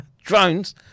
drones